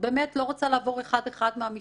אני לא רוצה לעבור אחד-אחד מהמשפחה,